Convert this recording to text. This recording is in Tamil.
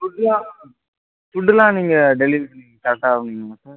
ஃபுட்டெலாம் ஃபுட்டெலாம் நீங்கள் டெலிவரி பண்ணி கரெக்டாக சார்